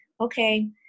okay